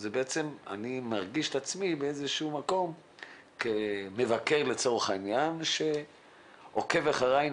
אני מרגיש את עצמי באיזה שהוא מקום כמבקר לצורך העניין שעוקב אחריי,